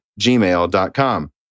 gmail.com